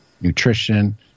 nutrition